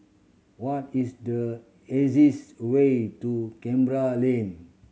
what is the easiest way to Canberra Lane